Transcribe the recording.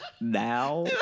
now